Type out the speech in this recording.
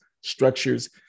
structures